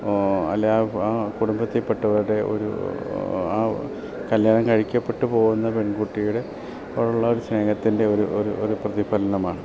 അല്ലേ ആ ആ കുടുംബത്തിപ്പെട്ടവരുടെയോ ഒരു ആ കല്യാണം കഴിക്കപ്പെട്ടു പോകുന്ന പെൺകുട്ടിയുടെ അവളോടുള്ള ഒരു സ്നേഹത്തിൻ്റെ ഒരു ഒരു ഒരു പ്രതിഫലനമാണ്